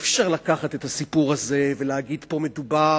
ואי-אפשר לקחת את הסיפור הזה ולהגיד: פה מדובר